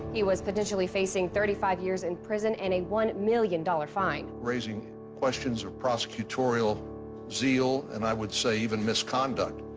he was potentially facing thirty five years in prison and one million dollars fine raising questions of prosecutorial zeal and i would say even miscondut.